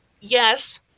yes